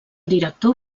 director